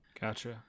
Gotcha